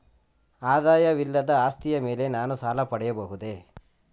ಆದಾಯವಿಲ್ಲದ ಆಸ್ತಿಯ ಮೇಲೆ ನಾನು ಸಾಲ ಪಡೆಯಬಹುದೇ?